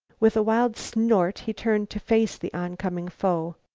with a wild snort he turned to face the oncoming foe.